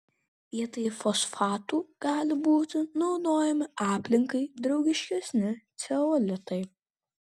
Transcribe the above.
vietoj fosfatų gali būti naudojami aplinkai draugiškesni ceolitai